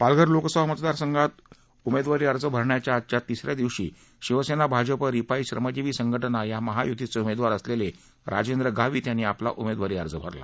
पालघर लोकसभा मतदार संघात उमेदवारी अर्ज भरण्याच्या आजच्या तिसऱ्या दिवशी शिवसेना भाजप रिपाई श्रमजीवी संघटना या महायुतीचे उमेदवार असलेले राजेंद्र गावित यांनी आज आपला उमेदवारी अर्ज भरला